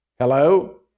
Hello